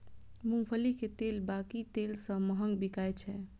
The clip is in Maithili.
मूंगफली के तेल बाकी तेल सं महग बिकाय छै